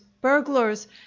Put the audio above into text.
burglars